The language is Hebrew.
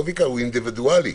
הוא אינדיבידואלי.